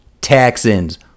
texans